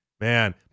Man